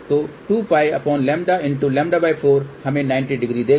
तो 2πλ×λ4 हमें 900 देगा